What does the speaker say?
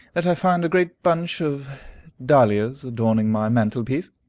that i find a great bunch of dahlias adorning my mantelpiece.